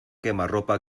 quemarropa